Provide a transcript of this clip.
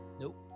nope